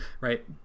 right